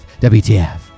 WTF